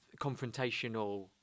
confrontational